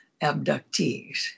abductees